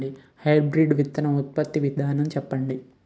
Hybrid విత్తనాలు ఉత్పత్తి విధానం చెప్పండి?